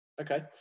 Okay